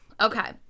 Okay